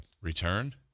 return